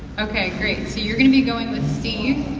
okay great, so you're going to be going with steve.